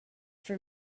for